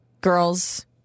girls